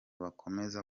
bakomeza